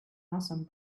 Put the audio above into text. awesome